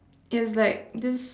it's like this